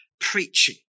preaching